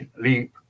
leap